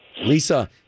Lisa